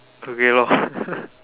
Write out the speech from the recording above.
career lor